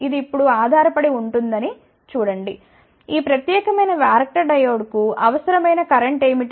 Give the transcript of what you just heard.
ఇది ఇప్పుడు ఆధారపడి ఉంటుందని చూడండి ఈ ప్రత్యేకమైన వ్యారక్టర్ డయోడ్కు అవసరమైన కరెంట్ ఏమిటి